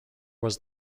was